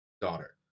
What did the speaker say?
daughter